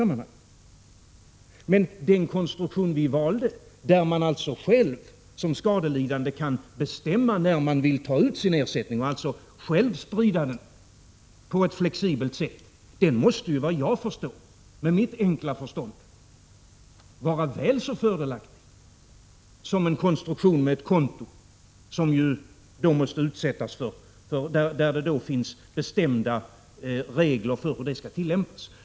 Men den konstruktion vi valde, där man själv som skadelidande kan bestämma när man vill ta ut sin ersättning och alltså själv kan sprida den på ett flexibelt sätt, måste såvitt jag förstår med mitt enkla förstånd vara väl så fördelaktig som en konstruktion med ett konto — med bestämda gränser för hur det skall tillämpas.